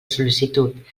sol·licitud